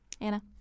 Anna